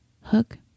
Hook